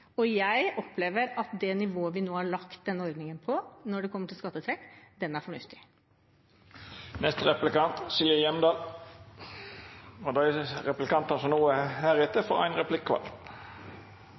Jeg opplever at det nivået vi nå har lagt denne ordningen på når det kommer til skattefradrag, er fornuftig. Tidligere har Fremskrittspartiet og Senterpartiet, slik jeg har oppfattet det, vært ganske enige om at totalisatoravgiften er